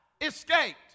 escaped